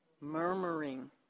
Murmuring